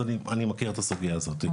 אז אני מכיר את הסוגייה הזאת.